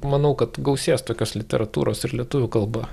manau kad gausės tokios literatūros ir lietuvių kalba